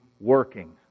working